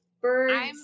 birds